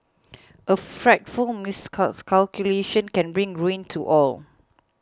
a frightful miscalculation can bring ruin to all